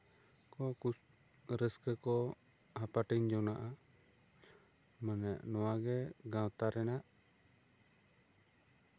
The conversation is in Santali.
ᱨᱟᱹᱥᱠᱟᱹ ᱠᱚ ᱦᱟᱯᱟᱴᱤᱧ ᱡᱚᱱᱟᱜᱼᱟ ᱢᱟᱱᱮ ᱱᱚᱣᱟᱜᱮ ᱜᱟᱶᱛᱟ ᱨᱮᱱᱟᱜ